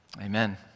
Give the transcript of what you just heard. Amen